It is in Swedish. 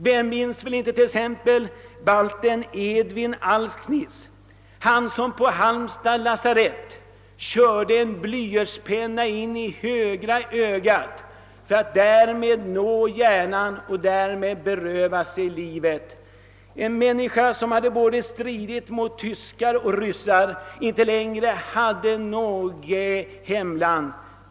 Vem minns inte t.ex. balten Edvin Alksnis, han som på Halmstads lasarett körde en blyertspenna i högra ögat för att skada hjärnan och därigenom beröva sig livet. Han hade stridit mot både tyskar och ryssar och hade inte längre något hemland.